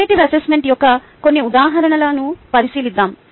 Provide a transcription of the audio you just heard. formative assessment యొక్క కొన్ని ఉదాహరణలను పరిశీలిద్దాం